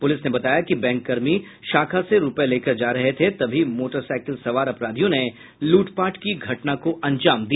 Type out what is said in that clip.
police ने बताया कि बैंककर्मी शाखा से रूपये लेकर जा रहे थे तभी मोटरसाइकिल सवार अपराधियों ने लूटपाट की घटना को अंजाम दिया